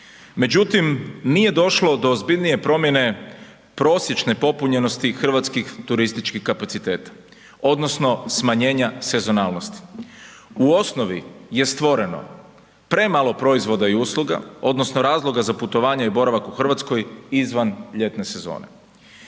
Međutim, nije došlo do ozbiljnije promjene prosječne popunjenosti hrvatskih turističkih kapaciteta odnosno smanjenja sezonalnosti. U osnovi je stvoreno premalo proizvoda i usluga odnosno razloga za putovanje i boravak u RH izvan ljetne sezone.